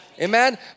Amen